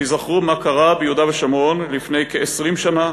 תיזכרו מה קרה ביהודה ושומרון לפני כ-20 שנה,